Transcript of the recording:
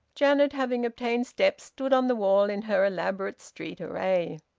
janet, having obtained steps, stood on the wall in her elaborate street-array.